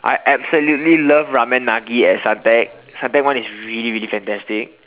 I absolutely love ramen-nagi at Suntec Suntec one is really really fantastic